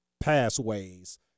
pathways